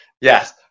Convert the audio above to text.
Yes